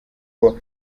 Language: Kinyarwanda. kuko